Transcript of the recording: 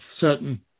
certain